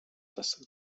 засаг